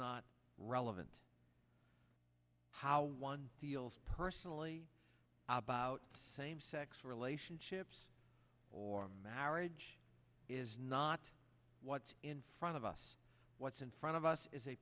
not relevant how one feels personally about same sex relationships or marriage is not what's in front of us what's in front of us is a